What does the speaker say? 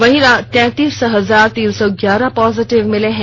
वहीं तैंतीस हजार तीन सौ ग्यारह पॉजिटिव मामले मिले हैं